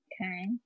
Okay